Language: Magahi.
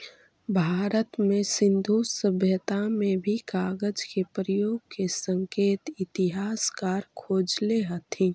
भारत में सिन्धु सभ्यता में भी कागज के प्रयोग के संकेत इतिहासकार खोजले हथिन